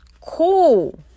cool